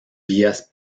vías